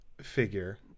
figure